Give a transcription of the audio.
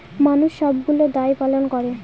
মানুষ সবগুলো দায় পালন করে